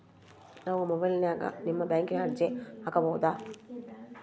ನಾವು ಮೊಬೈಲಿನ್ಯಾಗ ನಿಮ್ಮ ಬ್ಯಾಂಕಿನ ಅರ್ಜಿ ಹಾಕೊಬಹುದಾ?